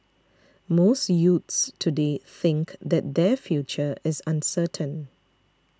most youths today think that their future is uncertain